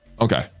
okay